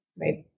right